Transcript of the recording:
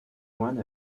moine